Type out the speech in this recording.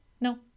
No